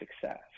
success